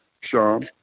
sean